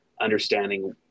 understanding